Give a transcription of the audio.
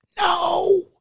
No